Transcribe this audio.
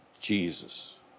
Jesus